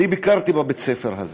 אני ביקרתי בבית-הספר הזה,